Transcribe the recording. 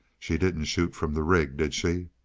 she didn't shoot from the rig, did she?